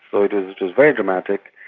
so it it was very dramatic.